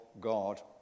God